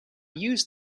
use